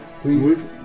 Please